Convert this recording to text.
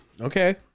Okay